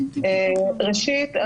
ראשית,